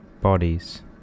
bodies